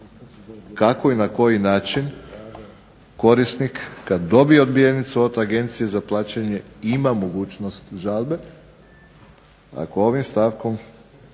kako i na koji način korisnik kada dobije odbijenicu od Agencije za plaćanje ima mogućnost žalbe,